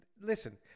Listen